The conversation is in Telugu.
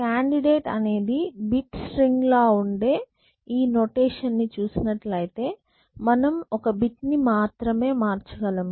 కాండిడేట్ అనేది బిట్ స్ట్రింగ్ లా ఉండే ఈ నొటేషన్ ని చూసినట్లయితే మనం ఒక బిట్ ని మాత్రమే మార్చగలము